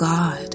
God